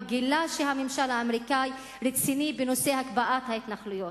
גילה שהממשל האמריקני רציני בנושא הקפאת ההתנחלויות.